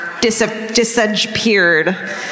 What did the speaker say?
disappeared